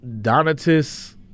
Donatus